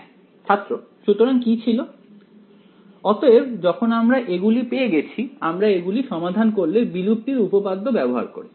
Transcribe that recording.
হ্যাঁ ছাত্র সুতরাং কি ছিল অতএব যখন আমরা এগুলো পেয়ে গেছি আমরা এগুলি সমাধান করলে বিলুপ্তির উপপাদ্য ব্যবহার করে